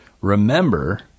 Remember